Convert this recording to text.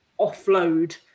offload